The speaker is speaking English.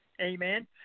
Amen